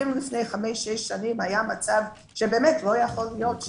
אם לפני חמש-שש שנים היה מצב שבאמת לא יכול להיות,